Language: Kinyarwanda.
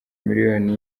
miliyoni